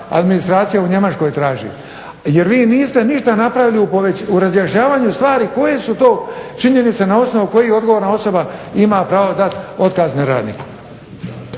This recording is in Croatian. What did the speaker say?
administracija u Njemačkoj traži. Jer vi niste ništa napravili u razjašnjavanju stvari koje su to činjenice na osnovu kojih odgovorna osoba ima pravo dati otkazne radnje.